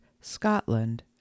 Scotland